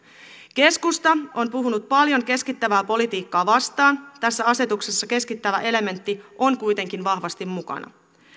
keskusta on puhunut paljon keskittävää politiikkaa vastaan tässä asetuksessa keskittävä elementti on kuitenkin vahvasti mukana